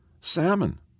Salmon